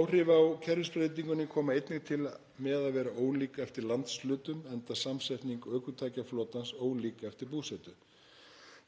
Áhrif af kerfisbreytingunni koma einnig til með að vera ólík eftir landshlutum enda samsetning ökutækjaflotans ólík eftir búsetu.